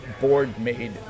board-made